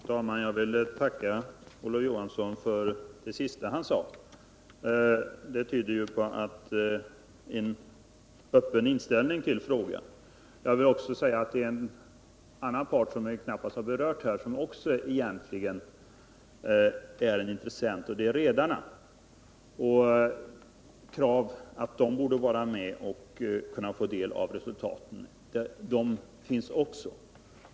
Herr talman! Jag vill tacka Olof Johansson för det sista han sade. Det tyder på en öppen inställning till frågan. Vidare vill jag påpeka att det är en annan part, som vi knappast har berört här och som också egentligen är en intressent, och det är redarna. Krav att de borde vara med och få del av forskningsresultaten finns också.